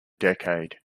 decade